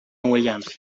williams